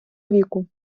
віку